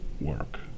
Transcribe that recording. work